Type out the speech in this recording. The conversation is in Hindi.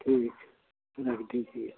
ठीक रख दीजिए